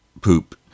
poop